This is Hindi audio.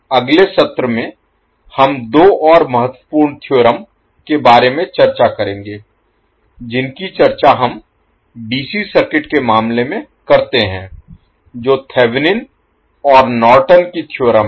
अगले सत्र में हम दो और महत्वपूर्ण थ्योरम के बारे में चर्चा करेंगे जिनकी चर्चा हम dc सर्किट के मामले में करते हैं जो थेवेनिन और नॉर्टन की थ्योरम हैं